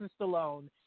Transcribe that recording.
Stallone